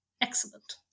excellent